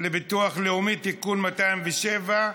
הביטוח הלאומי (תיקון מס' 207)